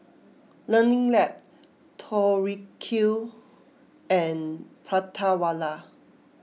Learning Lab Tori Q and Prata Wala